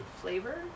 flavor